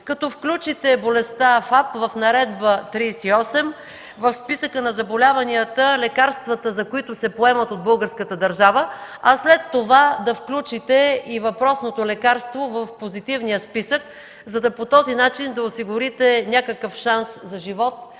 като включите болестта ФАП в Наредба № 38, в списъка на заболяванията, лекарствата за които се поемат от българската държава, а след това да включите и въпросното лекарство в позитивния списък, като по този начин осигурите някакъв шанс за живот